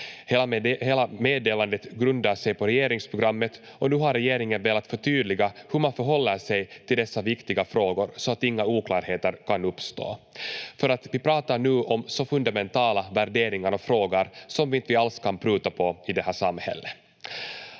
Hela meddelandet grundar sig på regeringsprogrammet, och nu har regeringen velat förtydliga hur man förhåller sig till dessa viktiga frågor så att inga oklarheter kan uppstå, för vi pratar nu om fundamentala värderingar och frågor som vi inte alls kan pruta på i det här samhället.